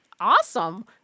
Awesome